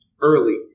early